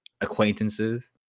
Acquaintances